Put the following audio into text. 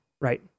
Right